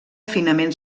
finament